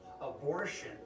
abortion